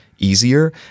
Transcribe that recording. easier